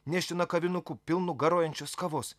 nešina kavinuku pilnu garuojančios kavos